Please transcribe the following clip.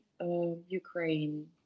Ukraine